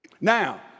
Now